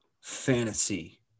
fantasy